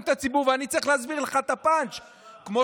ואני צריך להסביר לך את הפאנץ'; כמו